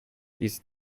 easy